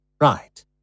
Right